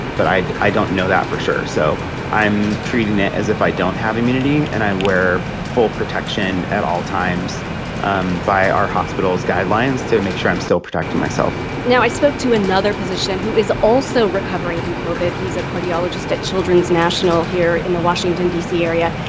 but i i don't know that for sure. so i'm treating it as if i don't have immunity. and i wear full protection at all times um by our hospital's guidelines to make sure i'm still protecting myself now, i spoke to another physician who is also recovering from covid. he's a cardiologist at children's national here in the washington, d c, area.